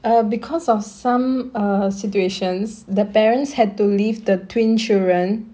err because of some err situations the parents had to leave the twin children